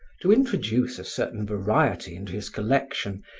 to introduce a certain variety into his collection,